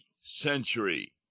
century